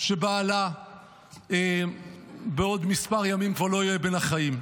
שבעלה בעוד כמה ימים כבר לא יהיה בין החיים.